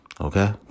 Okay